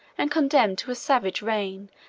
and condemned to a savage reign,